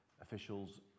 officials